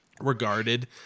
regarded